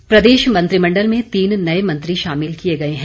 शपथ प्रदेश मंत्रिमंडल में तीन नए मंत्री शामिल किए गए हैं